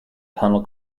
tunnel